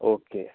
okay